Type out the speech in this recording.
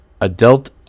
adult